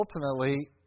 ultimately